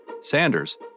Sanders